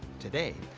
today,